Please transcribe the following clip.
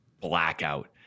blackout